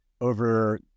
over